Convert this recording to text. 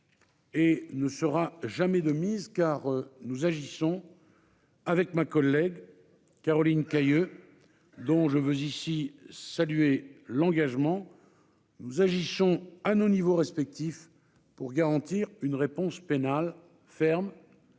et ne sera jamais de mise, et j'agis, avec ma collègue Caroline Cayeux, dont je veux ici saluer l'engagement, à nos niveaux respectifs, pour garantir une réponse pénale ferme,